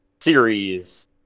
series